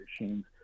machines